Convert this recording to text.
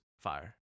Fire